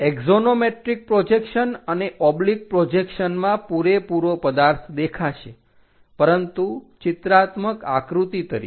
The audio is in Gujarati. એક્ષોનોમેટ્રિક પ્રોજેક્શન અને ઓબ્લિક પ્રોજેક્શનમાં પૂરેપૂરો પદાર્થ દેખાશે પરંતુ ચિત્રાત્મક આકૃતિ તરીકે